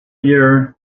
year